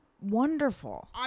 wonderful